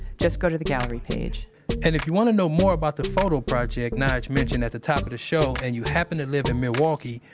just go to the gallery page and if you want to know more about the photo project nige mentioned at the top of the show, and you happen to live in milwaukee,